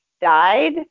died